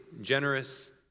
generous